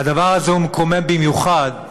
והדבר הזה מקומם במיוחד,